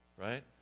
right